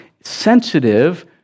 sensitive